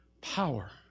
power